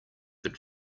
that